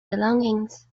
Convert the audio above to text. belongings